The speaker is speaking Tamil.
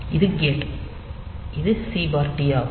இது கேட் இது சி டி ஆகும்